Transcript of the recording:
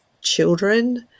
children